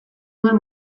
nuen